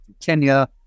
Kenya